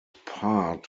part